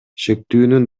шектүүнүн